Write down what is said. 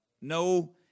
No